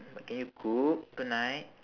but can you cook tonight